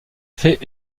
fait